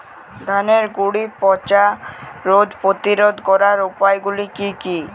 ধানের গুড়ি পচা রোগ প্রতিরোধ করার উপায়গুলি কি কি?